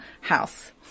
house